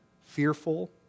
fearful